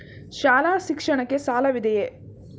ಶಾಲಾ ಶಿಕ್ಷಣಕ್ಕೆ ಸಾಲವಿದೆಯೇ?